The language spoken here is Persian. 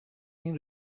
این